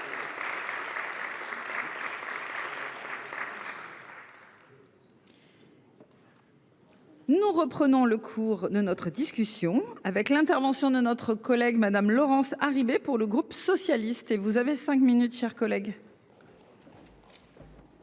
Nous reprenons le cours de notre discussion avec l'intervention de notre collègue Madame Laurence Harribey pour le groupe socialiste et vous avez 5 minutes, chers collègues.